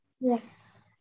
Yes